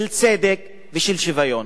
של צדק ושל שוויון.